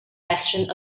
western